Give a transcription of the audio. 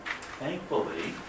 Thankfully